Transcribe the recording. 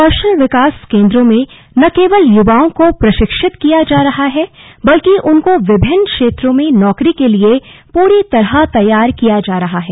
कौशल विकास केंद्रों में न केवल युवाओं को प्रशिक्षित किया जा रहा है बल्कि उनको विभिन्न क्षेत्रों में नौकरी के लिए पूरी तरह तैयार किया जा रहा है